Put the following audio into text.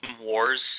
Wars